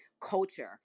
culture